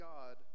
God